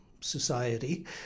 society